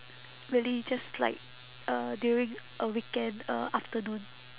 really just like uh during a weekend uh afternoon